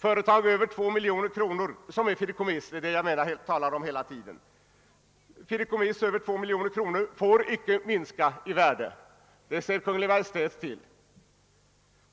Fideikommiss över 2 miljoner kronor — jag talar hela tiden om fideikommiss — får icke minska i värde — det ser Kungl. Maj:t till.